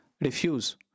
refuse